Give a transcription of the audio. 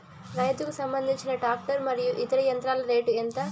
రైతుకు సంబంధించిన టాక్టర్ మరియు ఇతర యంత్రాల రేటు ఎంత?